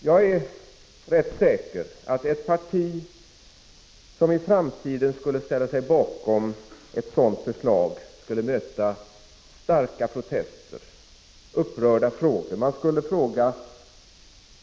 Jag är rätt säker på att ett parti som i framtiden skulle ställa sig bakom ett sådant förslag skulle möta starka protester och upprörda frågor. Man skulle fråga: